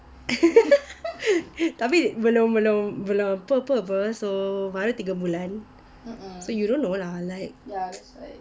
tapi belum belum belum apa apa apa so baru tiga bulan so you don't know lah like